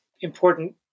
important